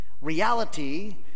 Reality